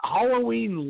Halloween